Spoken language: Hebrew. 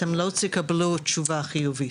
אתם לא תקבלו תשובה חיובית,